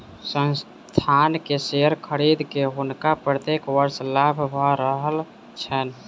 संस्थान के शेयर खरीद के हुनका प्रत्येक वर्ष लाभ भ रहल छैन